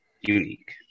unique